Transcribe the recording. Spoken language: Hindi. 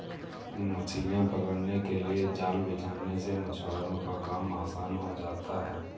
मछलियां पकड़ने के लिए जाल बिछाने से मछुआरों का काम आसान हो जाता है